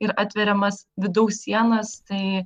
ir atveriamas vidaus sienas tai